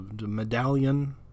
medallion